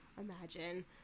Imagine